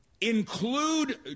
include